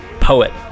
poet